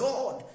God